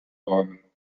bäumen